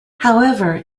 however